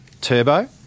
Turbo